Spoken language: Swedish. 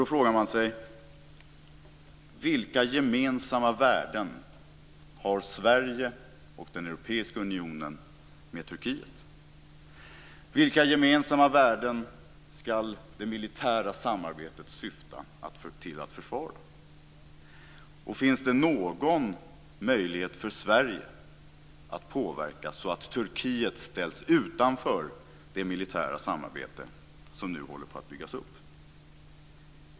Då frågar man sig: Vilka värden har Sverige och den europeiska unionen gemensamt med Turkiet? Vilka gemensamma värden ska det militära samarbetet syfta till att försvara? Finns det någon möjlighet för Sverige att påverka så att Turkiet ställs utanför det militära samarbete som nu håller på att byggas upp?